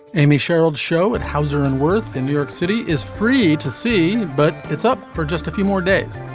amy cheryl's show and houser and worth in new york city is free to see but it's up for just a few more days